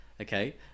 Okay